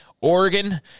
Oregon